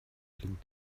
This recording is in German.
blinkt